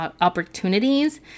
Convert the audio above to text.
opportunities